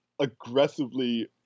aggressively